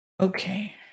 Okay